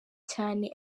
cyane